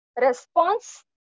response